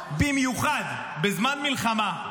במיוחד בזמן מלחמה,